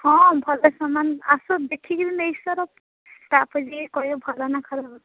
ହଁ ଭଲ ସାମାନ ଆସ ଦେଖିକରି ନେଇସାର ତା'ପରେ ଯାଇକି କହିବ ଭଲ ନା ଖରାପ